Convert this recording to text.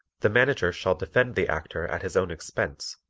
the manager shall defend the actor at his own expense,